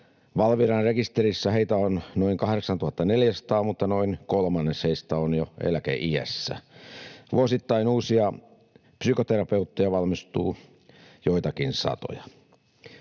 Valviran rekisterissä heitä on noin 8 400, mutta noin kolmannes heistä on jo eläkeiässä. Vuosittain uusia psykoterapeutteja valmistuu joitakin satoja.